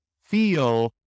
feel